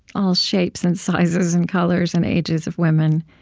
all shapes and sizes and colors and ages of women,